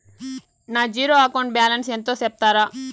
నా zero account balance ఎంతో సెప్తారా?